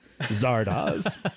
Zardoz